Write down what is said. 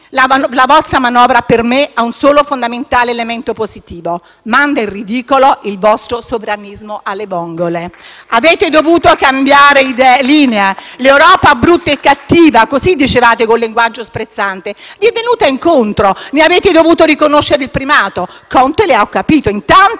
La vostra manovra, per me, ha un solo e fondamentale, elemento positivo: manda in ridicolo il vostro sovranismo alle vongole. *(Applausi dai Gruppi FI-BP e PD).* Avete dovuto cambiare linea. L'Europa brutta e cattiva - così dicevate con linguaggio sprezzante - vi è venuta incontro, ne avete dovuto riconoscere il primato e Conte lo ha capito. Intanto